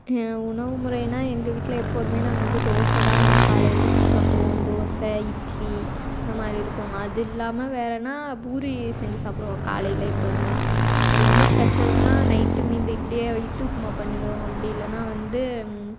ஏன் உணவு முறைனால் எங்கள் வீட்டில எப்போதுமே நாங்கள் வந்து தோசை தான் நாங்கள் காலையில் சுட்டு சாப்பிடுவோம் தோசை இட்லி இந்த மாதிரி இருக்கும் அது இல்லாமல் வேறன்னா பூரி செஞ்சு சாப்பிடுவோம் காலையில் எப்போதுமே ரொம்ப ஸ்பெஷல்னால் நைட் மீந்த இட்லியே இட்லி உப்புமா பண்ணிடுவோம் அப்படி இல்லைனா வந்து